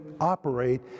operate